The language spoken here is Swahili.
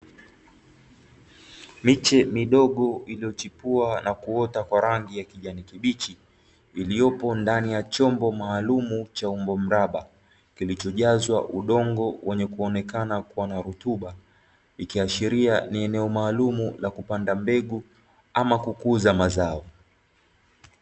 Miche midogo iliyochipua na kuota kwa rangi ya kijani kibichi, iliyopo ndani ya chombo maalumu cha umbo mraba kilichojazwa udongo wenye muonekano wa kuwa na rutuba, ikiashiria ni eneo maalumu la kupanda mbegu ama kukuza mazao.